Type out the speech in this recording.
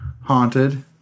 haunted